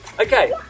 Okay